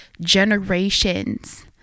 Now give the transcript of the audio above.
generations